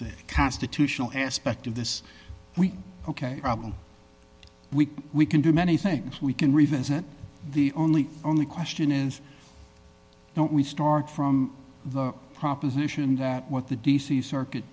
the constitutional aspect of this week ok problem we can do many things we can revisit the only only question is don't we start from the proposition that what the d c circuit